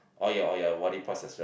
all your all your body parts as well